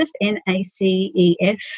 N-A-C-E-F